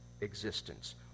existence